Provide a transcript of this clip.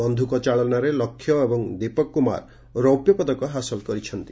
ବନ୍ଧୁକ ଚାଳନାରେ ଲକ୍ଷ୍ୟ ଏବଂ ଦୀପକ କୁମାର ରୌପ୍ୟ ପଦକ ହାସଲ କରିଛନ୍ତି